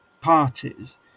parties